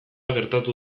gertatu